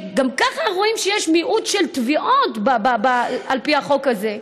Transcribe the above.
גם ככה רואים שיש מיעוט של תביעות על פי החוק זה,